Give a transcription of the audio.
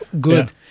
good